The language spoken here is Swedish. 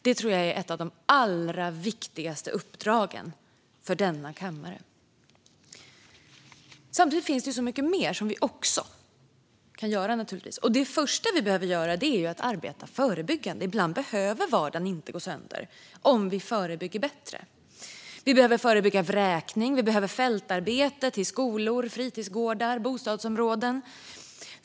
Det tror jag är ett av de allra viktigaste uppdragen för denna kammare. Samtidigt finns det så mycket mer vi kan göra. Det första vi behöver göra är att arbeta förebyggande. Ibland behöver vardagen inte gå sönder om vi förebygger bättre. Vi behöver förebygga vräkning. Vi behöver fältarbete till skolor, fritidsgårdar och bostadsområden.